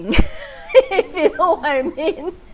you know what I mean